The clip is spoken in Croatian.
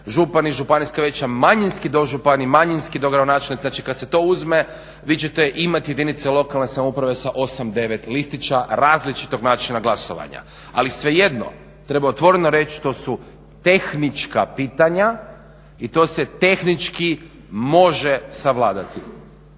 župani, županijska vijeća, manjinski dožupani, manjinski dogradonačelnici znači kada se to uzme vi ćete imati jedinice lokalne samouprave sa 8, 9 listića različitog načina glasovanja. Ali svejedno treba otvoreno reći to su tehnička pitanja i to se tehnički može savladati.